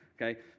Okay